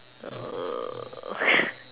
uh